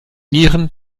nieren